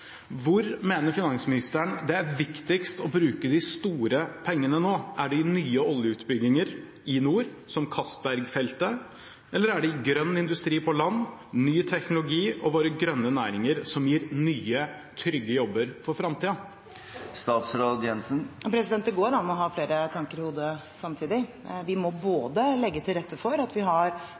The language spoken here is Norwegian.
Hvor mener finansministeren det er viktigst å bruke de store pengene nå? Er det til nye oljeutbygginger i nord, som Castberg-feltet, eller er det til grønn industri på land, ny teknologi og våre grønne næringer, som gir nye, trygge jobber i framtiden? Det går an å ha flere tanker i hodet samtidig. Vi må legge til rette for at vi